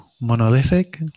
monolithic